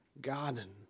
garden